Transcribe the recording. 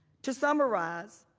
to summarize,